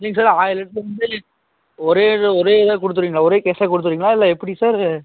இல்லைங்க சார் ஆயிரம் லிட்ரு வந்து ஒரே இது ஒரே இதா கொடுத்துருவீங்களா ஒரே கேஷாக கொடுத்துறீங்களா இல்லை எப்படி சார்